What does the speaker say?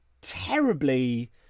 terribly